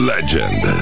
Legend